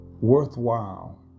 worthwhile